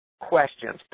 questions